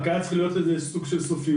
רק היה צריך להיות לזה סוג של סופיות,